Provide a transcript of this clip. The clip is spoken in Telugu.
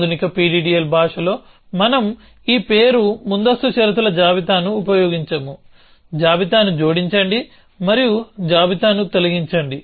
ఆధునిక PDDL భాషలో మనం ఈ పేరు ముందస్తు షరతుల జాబితాను ఉపయోగించముజాబితాను జోడించండి మరియు జాబితాను తొలగించండి